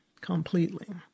completely